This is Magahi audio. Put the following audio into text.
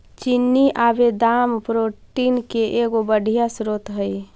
चिनिआबेदाम प्रोटीन के एगो बढ़ियाँ स्रोत हई